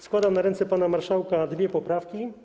Składam na ręce pana marszałka dwie poprawki.